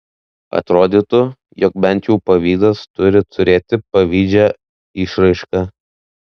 atrodytų jog bent jau pavydas turi turėti pavydžią išraišką